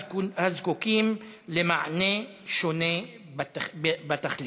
הזקוקים למענה שונה בתכלית.